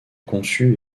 conçu